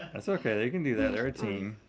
that's okay, they can do that, they're a team.